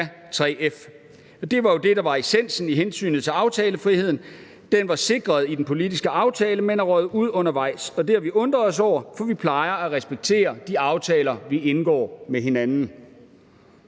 og det var jo det, der var essensen i hensynet til aftalefriheden. Den var sikret i den politiske aftale, men er røget ud undervejs, og det har vi undret os over, for vi plejer at respektere de aftaler, vi indgår med hinanden.